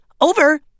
over